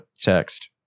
text